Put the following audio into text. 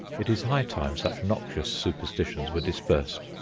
it is high time such noxious superstitions were dispersed.